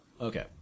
Okay